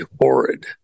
horrid